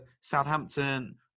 Southampton